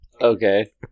Okay